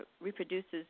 reproduces